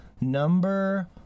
number